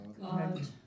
God